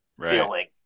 feeling